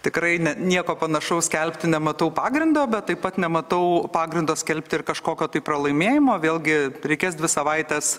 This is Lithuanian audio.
tikrai ne nieko panašaus skelbti nematau pagrindo bet taip pat nematau pagrindo skelbti ir kažkokio tai pralaimėjimo vėlgi reikės dvi savaites